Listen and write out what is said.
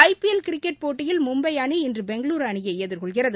ஐ P L cricket போட்டியில் மும்பை அணி இன்று பெங்களுரு அணியை எதிர்கொள்கிறது